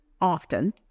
often